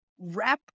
wrap